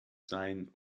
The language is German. seien